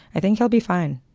i think he'll be fine